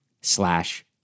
slash